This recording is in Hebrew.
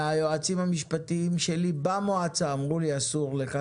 והיועצים המשפטיים שלי במועצה אמרו לי: אסור לך,